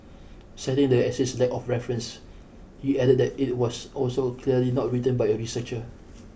citing the essay's lack of references he added that it was also clearly not written by a researcher